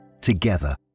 together